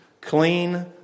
Clean